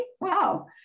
Wow